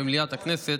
במליאת הכנסת,